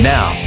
Now